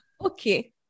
okay